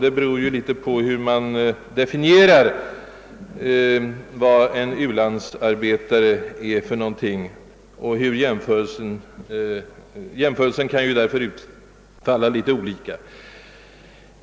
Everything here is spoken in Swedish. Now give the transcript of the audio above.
Det beror litet på hur man definierar begreppet »u-landsarbetare» — jämförelsen vad gäller arbetet kan därför utfalla litet olika.